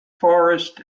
forest